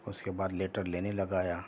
اس کے بعد لیٹر لینے لگایا